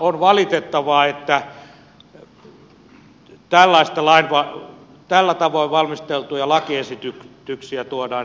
on valitettavaa että tällä tavoin valmisteltuja lakiesityksiä tuodaan eduskuntaan asti